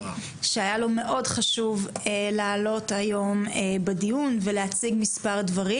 שהיה לו מאוד חשוב לעלות היום לדיון ולהציג מספר דברים.